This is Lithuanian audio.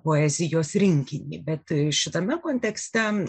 poezijos rinkinį bet šitame kontekste